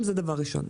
זה דבר ראשון.